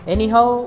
Anyhow